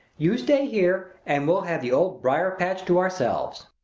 you stay here, and we'll have the old briar-patch to ourselves.